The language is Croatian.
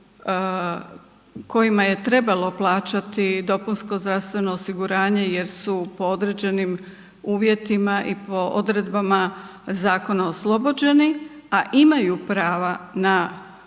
kojima je trebalo plaćati dopunsko zdravstveno osiguranje jer su po određenim uvjetima i po odredbama zakona oslobođeni, a imaju prava na puno,